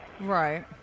Right